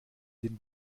den